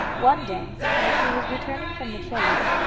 one day, as she was returning from the chase,